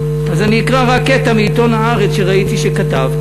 אז אני אקרא רק קטע מעיתון "הארץ" שראיתי שכתבת.